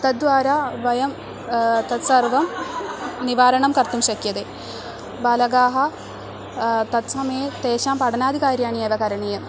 तद्वारा वयं तत्सर्वं निवारणं कर्तुं शक्यते बालकाः तत्समये तेषां पठनादिकार्याणि एव करणीयम्